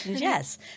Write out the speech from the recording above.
yes